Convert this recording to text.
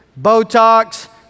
Botox